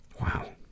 Wow